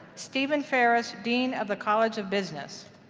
stephen ferris, dean of the college of business.